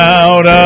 out